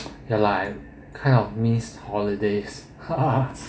ya lah I kind of miss holidays